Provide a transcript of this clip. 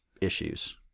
issues